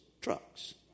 trucks